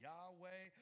Yahweh